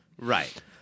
Right